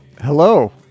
Hello